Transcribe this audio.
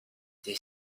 des